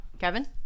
Kevin